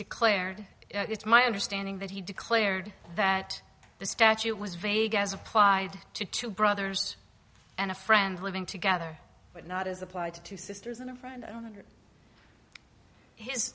declared it's my understanding that he declared that the statute was vague as applied to two brothers and a friend living together but not as applied to two sisters and a friend i don't under his